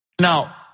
Now